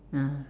ah